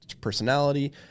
personality